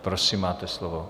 Prosím, máte slovo.